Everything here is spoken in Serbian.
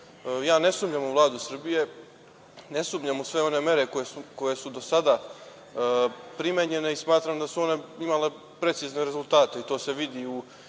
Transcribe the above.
sumnjam u Vladu Srbije, ne sumnjam u sve one mere koje su do sada primenjene i smatram da su one imale precizne rezultate i to se vidi u